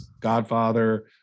Godfather